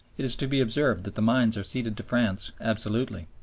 it is to be observed that the mines are ceded to france absolutely.